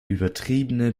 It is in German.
übertriebene